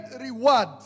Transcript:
reward